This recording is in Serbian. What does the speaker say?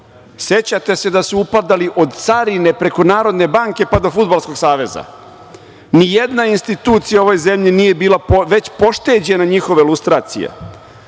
Sećate se da su upadali od Carine, preko Narodne banke pa do Fudbalskog saveza. Ni jedna institucija u ovoj zemlji nije bila pošteđena njihove lustracije.